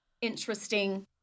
interesting